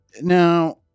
Now